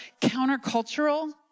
countercultural